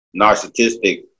narcissistic